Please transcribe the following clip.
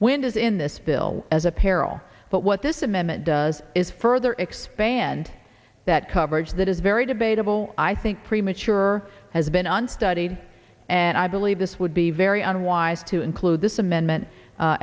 windows in this bill as a peril but what this amendment does is further expand that coverage that is very debatable i think premature has been unstudied and i believe this would be very unwise to include this amendment a